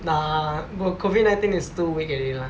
nah COVID nineteen is too weak already lah